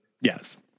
yes